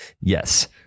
Yes